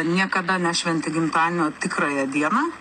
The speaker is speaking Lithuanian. niekada nešventi gimtadienio tikrąją dieną